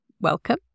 welcome